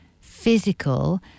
physical